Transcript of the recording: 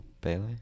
Bailey